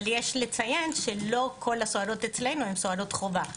אבל יש לציין שלא כל הסוהרות אצלנו הן סוהרות חובה.